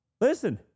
listen